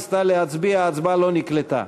ניסתה להצביע וההצבעה לא נקלטה.